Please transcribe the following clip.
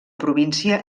província